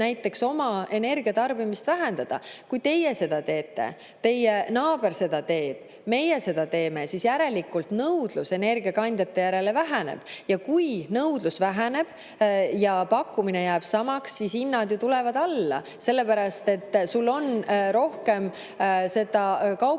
kuidas oma energiatarbimist vähendada. Kui teie seda teete, teie naaber seda teeb, meie seda teeme, siis nõudlus energiakandjate järele väheneb. Ja kui nõudlus väheneb ja pakkumine jääb samaks, siis hinnad ju tulevad alla, sellepärast et turul on seda kaupa rohkem.